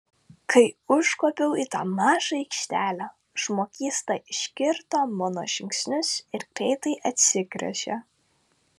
kai užkopiau į tą mažą aikštelę žmogysta išgirdo mano žingsnius ir greitai atsigręžė